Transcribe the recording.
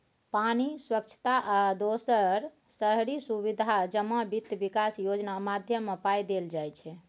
पानि, स्वच्छता आ दोसर शहरी सुबिधा जमा बित्त बिकास योजना माध्यमे पाइ देल जाइ छै